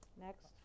Next